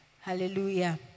Hallelujah